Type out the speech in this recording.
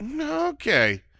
okay